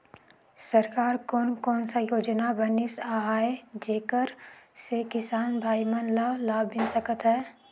सरकार कोन कोन सा योजना बनिस आहाय जेकर से किसान भाई मन ला लाभ मिल सकथ हे?